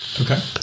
Okay